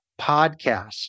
podcast